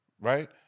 right